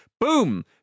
Boom